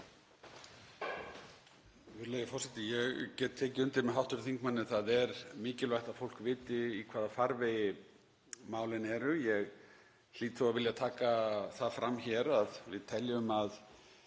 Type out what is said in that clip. Virðulegi forseti. Ég get tekið undir með hv. þingmanni, það er mikilvægt að fólk viti í hvaða farvegi málin eru. Ég hlýt þó að vilja taka það fram hér að við teljum að